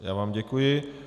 Já vám děkuji.